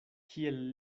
kiel